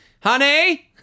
honey